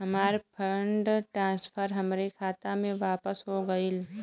हमार fund transfer हमरे खाता मे वापस हो गईल